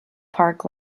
park